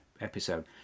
episode